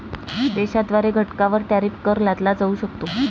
देशाद्वारे घटकांवर टॅरिफ कर लादला जाऊ शकतो